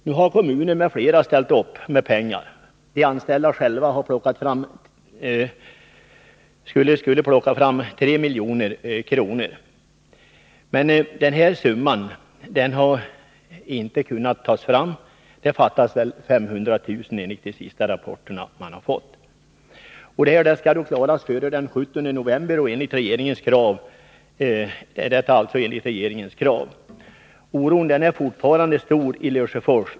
Nu har kommunen m.fl. ställt upp med pengar. De anställda själva skulle plocka fram 3 milj.kr., men den summan har man inte kunnat ta fram — det fattas väl 500 000 kr. enligt de senaste rapporterna. Enligt regeringens krav skulle kapitalet samlas in före den 17 november. Oron för sysselsättningen och inför framtiden är fortfarande stor i Lesjöfors.